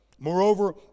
Moreover